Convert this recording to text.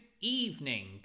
evening